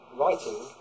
writing